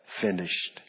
finished